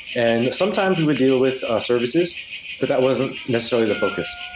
and sometimes we would deal with services, but that wasn't necessarily the focus.